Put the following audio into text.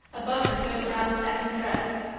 above her good brown satin dress,